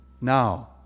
Now